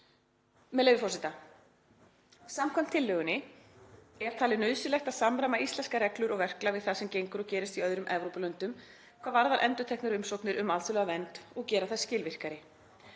Með leyfi forseta: „Samkvæmt tillögunni er nauðsynlegt að samræma íslenskar reglur og verklag við það sem gengur og gerist í öðrum Evrópulöndum hvað varðar endurteknar umsóknir um alþjóðlega vernd og gera þær skilvirkari.